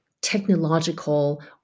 technological